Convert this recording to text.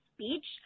speech